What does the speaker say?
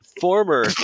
former